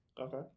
Okay